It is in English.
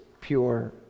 pure